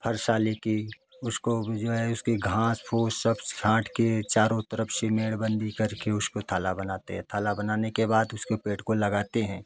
हर साल है कि उसको भी जो है उसके घास फूस सब छांट के चारों तरफ से मेड़बंदी करके उसको थाला बनाते हैं थाला बनाने के बाद उसमें पेड़ को लगाते हैं